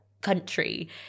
country